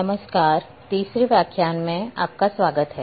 नमस्कार तीसरे व्याख्यान में आपका स्वागत है